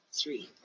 three